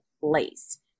place